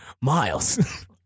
Miles